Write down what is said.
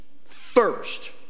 first